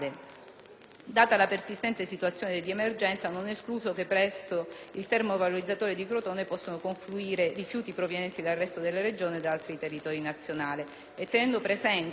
Data la persistente situazione di emergenza, non è escluso che presso il termovalorizzatore di Crotone possano confluire rifiuti provenienti dal resto della Regione e da altri territori nazionali.